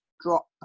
drop